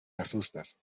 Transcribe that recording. asustas